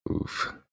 Oof